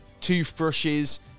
toothbrushes